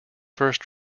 first